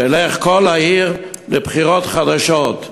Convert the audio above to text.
תלך כל העיר לבחירות חדשות.